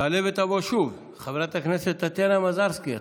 תעלה ותבוא שוב חברת הכנסת טטיאנה מזרסקי.